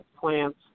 plants